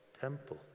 temple